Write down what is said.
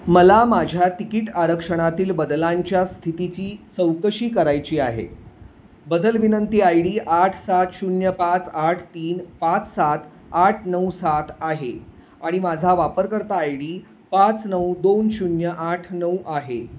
मला माझ्या तिकीट आरक्षणातील बदलांच्या स्थितीची चौकशी करायची आहे बदल विनंती आय डी आठ सात शून्य पाच आठ तीन पाच सात आठ नऊ सात आहे आणि माझा वापरकर्ता आय डी पाच नऊ दोन शून्य आठ नऊ आहे